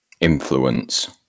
influence